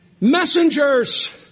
messengers